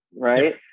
right